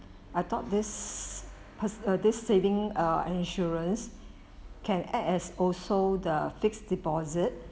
I thought this personal uh this saving err insurance can act as also the fixed deposit